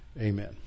Amen